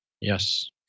Yes